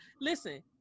Listen